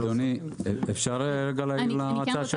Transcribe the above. אדוני, אפשר להעיר להצעה שלך?